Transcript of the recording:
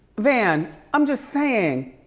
van, i'm just saying.